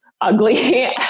ugly